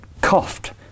coughed